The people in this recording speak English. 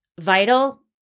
vital